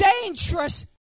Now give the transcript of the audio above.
dangerous